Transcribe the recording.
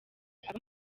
aba